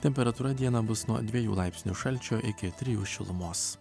temperatūra dieną bus nuo dviejų laipsnių šalčio iki trijų šilumos